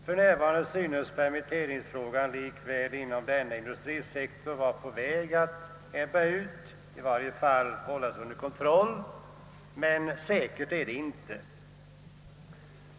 För närvarande synes dock permitteringarna inom denna sektor vara på väg att minska eller i varje fall vara under kontroll. Detta är dock inte säkert.